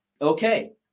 Okay